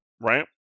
right